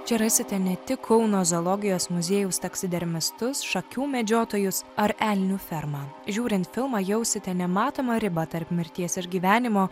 čia rasite ne tik kauno zoologijos muziejaus taksidermistus šakių medžiotojus ar elnių fermą žiūrint filmą jausite nematomą ribą tarp mirties ir gyvenimo